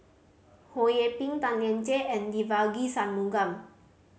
Ho Yee Ping Tan Lian Chye and Devagi Sanmugam